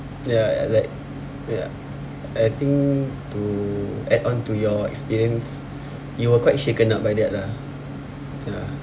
ya like ya I think to add on to your experience you were quite shaken up by that lah ya